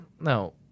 No